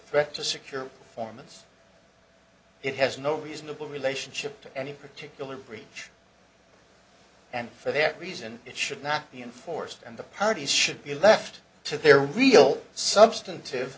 threat to security for months it has no reasonable relationship to any particular bridge and for there reason it should not be enforced and the parties should be left to their real substantive